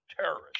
terrorist